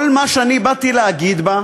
כל מה שבאתי להגיד בה,